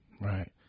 right